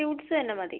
suites തന്നെ മതി